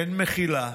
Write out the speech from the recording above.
אין מחילה,